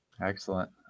Excellent